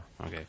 Okay